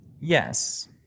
Yes